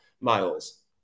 Miles